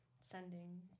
sending